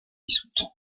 dissoute